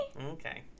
Okay